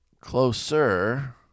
closer